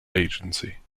agency